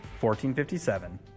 1457